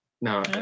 No